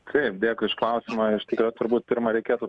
taip dėkui už klausimą iš tikro turbūt pirma reikėtų